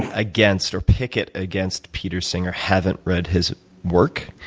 against or picket against peter singer haven't read his work.